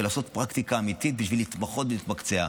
ולעשות פרקטיקה אמיתית בשביל להתמחות ולהתמקצע.